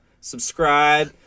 Subscribe